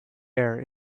air